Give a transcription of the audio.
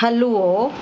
हलवो